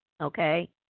Okay